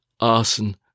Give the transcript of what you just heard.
arson